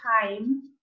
time